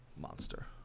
monster